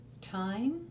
Time